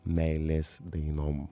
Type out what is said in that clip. meilės dainom